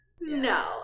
No